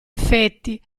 effetti